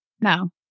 No